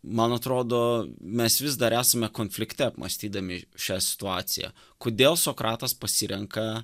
man atrodo mes vis dar esame konflikte apmąstydami šią situaciją kodėl sokratas pasirenka